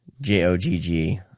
J-O-G-G